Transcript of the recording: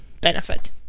benefit